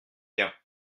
bien